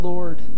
Lord